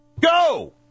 Go